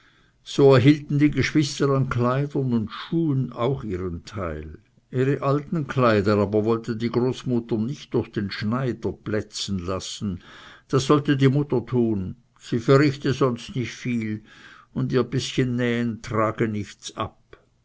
so erhielten die geschwister an kleidern und schuhen auch ihren teil ihre alten kleider aber wollte die großmutter nicht durch den schneider plätzen lassen das solle die mutter tun sie verrichte sonst nicht viel und ihr bißchen nähen trage nichts ab